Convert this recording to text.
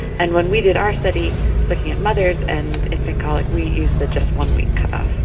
and when we did our study looking at mothers and infant colic we used the just one week cut-off.